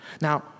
Now